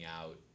out